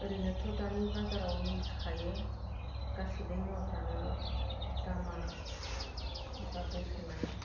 ओरैनोथ' दानि बाजाराव मिन्थिखायो गासैबो मुवाफ्रानो दामा बा बेसेना